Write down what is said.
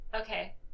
Okay